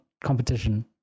competition